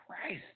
Christ